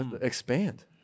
expand